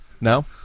no